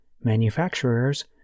manufacturers